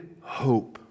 hope